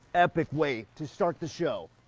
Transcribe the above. epic way to start the show.